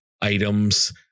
items